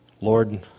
Lord